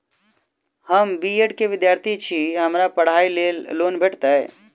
हम B Ed केँ विद्यार्थी छी, की हमरा पढ़ाई लेल लोन भेटतय?